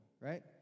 right